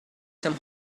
some